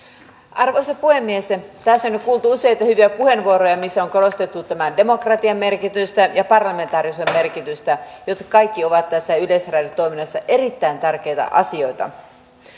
arvoisa puhemies tässä on nyt kuultu useita hyviä puheenvuoroja missä on korostettu tämän demokratian merkitystä ja parlamentaarisuuden merkitystä jotka molemmat ovat tässä yleisradion toiminnassa erittäin tärkeitä asioita tärkeää